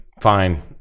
Fine